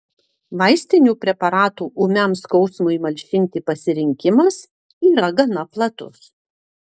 vaistinių preparatų ūmiam skausmui malšinti pasirinkimas yra gana platus